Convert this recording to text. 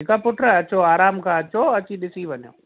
ठीकु आहे पुटु अचो आराम खां अचो अची ॾिसी वञो